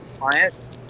clients